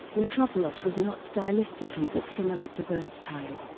mitropoulos was not stylistically that similar to bernstein,